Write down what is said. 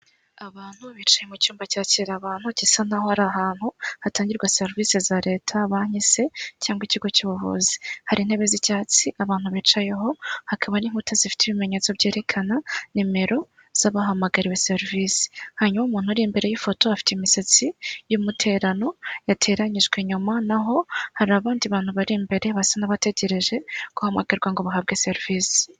Abantu bicaye mu cyumba cyakira abantu, gisa naho ari ahantu hatangirwa serivisi za leta, banki se cyangwa ikigo cy'ubuvuzi. Hari intebe z'icyatsi abantu bicayeho, hakaba n'inkuta zifite ibimenyetso byerekana nimero z'abahamagariwe serivisi. Hanyuma umuntu uri imbere y'ifoto afite imisatsi y'umuterano, yateranyijwe inyuma, na ho hari abandi bantu bari imbere basa n'abategereje guhamagarwa ngo bahabwe serivisi.